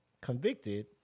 convicted